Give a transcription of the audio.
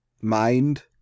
mind